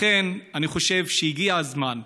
לכן, אני חושב שהגיע הזמן,